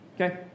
Okay